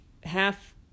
half